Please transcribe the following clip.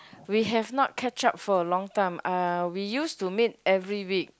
we have not catch up for a long time uh we used to meet every week